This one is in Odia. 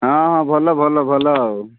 ହଁ ଭଲ ଭଲ ଭଲ ଆଉ